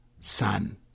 son